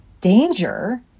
danger